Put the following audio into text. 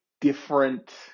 different